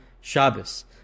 Shabbos